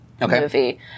movie